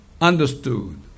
understood